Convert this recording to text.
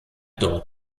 dort